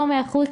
לא מאה אחוז,